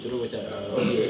terus macam err okay